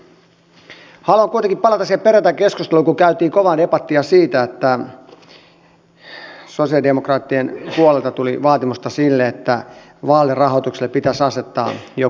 haluan kuitenkin palata siihen perjantain keskusteluun kun käytiin kovaa debattia siitä että sosialidemokraattien puolelta tuli vaatimusta sille että vaalirahoitukselle pitäisi asettaa joku katto